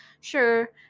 sure